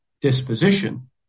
disposition